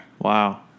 Wow